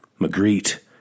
Magritte